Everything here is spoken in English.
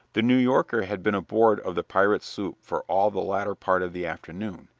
the new yorker had been aboard of the pirate's sloop for all the latter part of the afternoon,